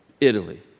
Italy